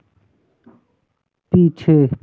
पीछे